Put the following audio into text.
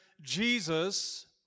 Jesus